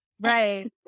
right